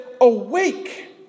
awake